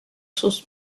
sources